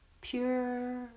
Pure